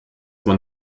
man